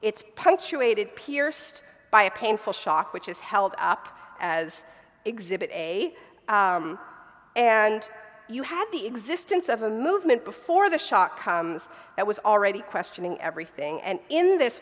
it's punctuated pierced by a painful shock which is held up as exhibit a and you had the existence of a movement before the shock that was already questioning everything and in this